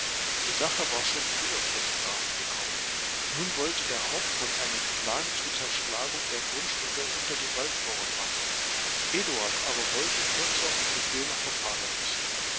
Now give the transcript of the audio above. die sache war schon früher zur sprache gekommen nun wollte der hauptmann einen plan zu zerschlagung der grundstücke unter die waldbauern machen eduard aber wollte kürzer und bequemer verfahren wissen